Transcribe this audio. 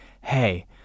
Hey